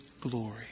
glory